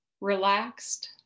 relaxed